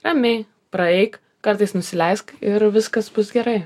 ramiai praeik kartais nusileisk ir viskas bus gerai